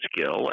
skill